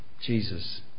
Jesus